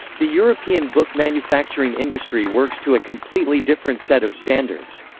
the european book manufacturing industry works to a completely different set of standards.